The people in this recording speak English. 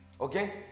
Okay